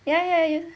ya ya y~